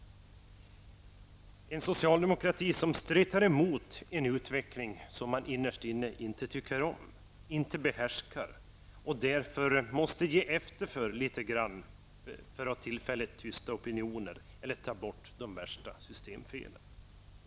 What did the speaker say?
Det är en socialdemokrati som stretar emot en utveckling som man innerst inne inte tycker om, inte behärskar och därför måste ge efter för litet grand för att tillfälligt tysta opinioner eller ta bort de värsta systemfelen.